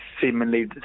seemingly